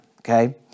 okay